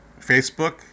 Facebook